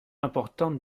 importante